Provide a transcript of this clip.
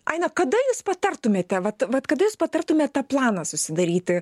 aina kada jūs patartumėte vat vat kada jūs patartumėt tą planą susidaryti